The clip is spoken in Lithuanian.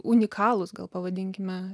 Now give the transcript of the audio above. unikalūs gal pavadinkime